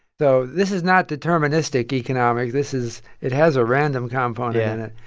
though. this is not deterministic economics. this is it has a random component. yeah. in it.